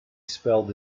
spelled